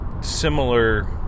similar